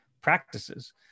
practices